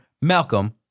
Malcolm